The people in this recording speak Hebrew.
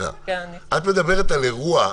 את מדברת על אירוע.